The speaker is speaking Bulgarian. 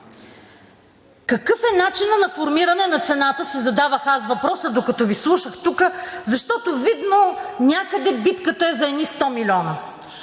Какъв е начинът на формиране на цената, си задавах аз въпроса, докато Ви слушах тук, защото, видно, някъде битката е за едни сто милиона.